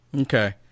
Okay